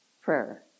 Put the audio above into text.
prayer